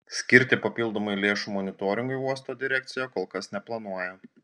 skirti papildomai lėšų monitoringui uosto direkcija kol kas neplanuoja